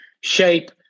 shape